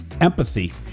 empathy